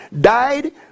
died